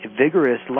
vigorous